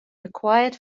required